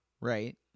Right